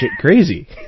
crazy